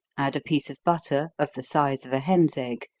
add a piece of butter of the size of a hen's egg,